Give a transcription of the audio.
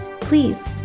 please